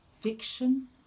fiction